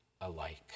alike